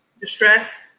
distress